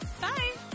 Bye